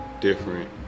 different